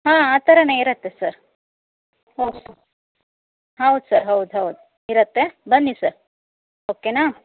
ಹಾಂ ಆ ಥರಹನೇ ಇರುತ್ತೆ ಸರ್ ಹೌದು ಸರ್ ಹೌದು ಸರ್ ಹೌದು ಹೌದು ಇರುತ್ತೆ ಬನ್ನಿ ಸರ್ ಓಕೆನಾ